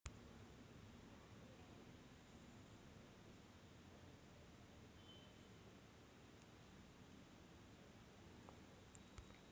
electronic clearing सेवा प्रामुख्याने मोठ्या मूल्याच्या किंवा मोठ्या प्रमाणात पेमेंटसाठी वापरली जाते